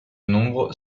nombre